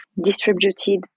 distributed